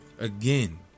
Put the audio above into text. Again